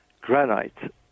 granite